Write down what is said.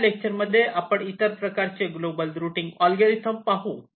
पुढच्या लेक्चर मध्ये आपण इतर प्रकारचे ग्लोबल रुटींग अल्गोरिदम पाहू